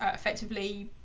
ah effectively,